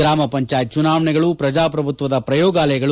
ಗ್ರಾಮ ಪಂಚಾಯತ್ ಚುನಾವಣೆಗಳು ಪ್ರಜಾಪ್ರಭುತ್ವದ ಪ್ರಯೋಗಾಲಯಗಳು